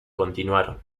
continuaron